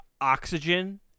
oxygen